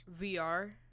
VR